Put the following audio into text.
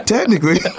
Technically